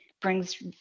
brings